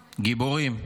גיבורים,